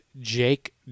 Jake